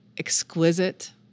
exquisite